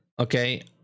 Okay